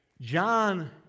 John